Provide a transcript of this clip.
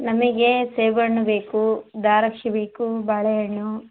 ನಮಗೆ ಸೇಬು ಹಣ್ಣು ಬೇಕು ದ್ರಾಕ್ಷಿ ಬೇಕು ಬಾಳೆ ಹಣ್ಣು